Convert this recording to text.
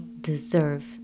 deserve